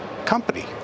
company